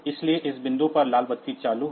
इसलिए इस बिंदु पर लाल बत्ती चालू है